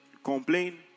Complain